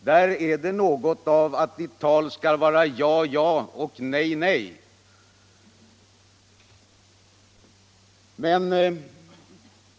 Där äger orden att ditt tal skall vara ja, ja och nej, nej verkligen relevans.